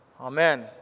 Amen